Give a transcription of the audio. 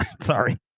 Sorry